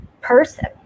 person